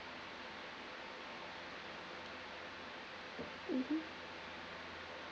mmhmm